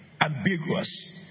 Ambiguous